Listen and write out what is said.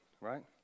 right